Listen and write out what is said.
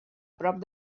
prop